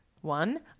One